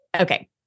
Okay